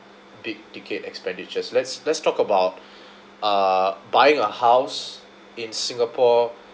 big ticket expenditures let's let's talk about uh buying a house in singapore